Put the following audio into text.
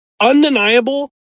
undeniable